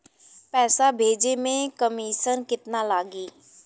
पैसा भेजे में कमिशन केतना लागि?